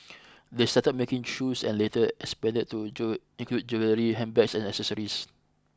they started making shoes and later expanded to do include jewellery handbags and accessories